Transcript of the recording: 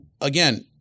again